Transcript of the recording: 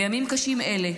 בימים קשים אלה,